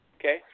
okay